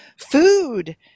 food